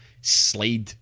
slide